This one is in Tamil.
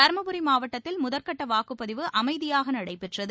தருமபுரி மாவட்டத்தில் முதற்கட்ட வாக்குப்பதிவு அமைதியாக நடைபெற்றது